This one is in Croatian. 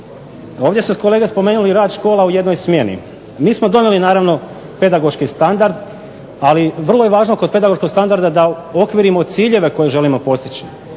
Ovdje ste kolega spomenuli rad škola u jednoj smjeni. Mi smo donijeli naravno pedagoški standard. Ali vrlo je važno kod pedagoškog standarda da uokvirimo ciljeve koje želimo postići,